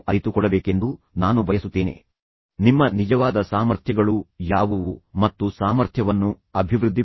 ಅರಿತುಕೊಳ್ಳಬೇಕೆಂದು ನಾನು ಬಯಸುತ್ತೇನೆ ನಿಮ್ಮ ನಿಜವಾದ ಸಾಮರ್ಥ್ಯಗಳು ಯಾವುವು ಮತ್ತು ನಿಮ್ಮ ಸಾಮರ್ಥ್ಯವನ್ನು ಅಭಿವೃದ್ಧಿಪಡಿಸಲು ನಾನು ನಿಮಗೆ ಸಲಹೆಗಳನ್ನು ನೀಡುತ್ತೇನೆ